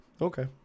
okay